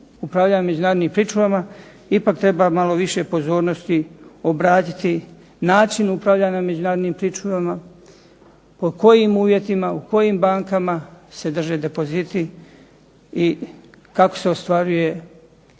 upravljanja međunarodnim pričuvama ipak treba malo više pozornosti obratiti način upravljanja međunarodnim pričuvama, po kojim uvjetima, u kojim bankama se drže depoziti i kako se ostvaruje prihod